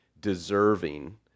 deserving